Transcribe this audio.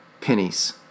pennies